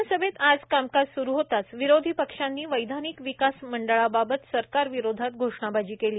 विधानसभा विधानसभेत आज कामकाज स्रु होताच विरोधी पक्षांनी वैधानिक विकास मंडळाबाबत सरकारविरोधात घोषणाबाजी केली